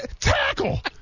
tackle